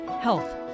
health